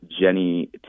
Jenny